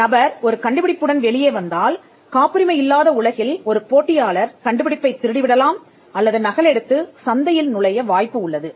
ஒரு நபர் ஒரு கண்டுபிடிப்புடன் வெளியே வந்தால் காப்புரிமை இல்லாத உலகில் ஒரு போட்டியாளர் கண்டுபிடிப்பைத் திருடி விடலாம் அல்லது நகலெடுத்து சந்தையில் நுழைய வாய்ப்பு உள்ளது